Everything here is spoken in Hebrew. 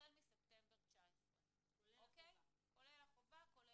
החל מספטמבר 19. כולל החובה.